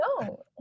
no